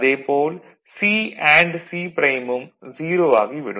அதே போல் C and C ப்ரைமும் 0 ஆகி விடும்